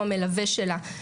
הוא המלווה שלה.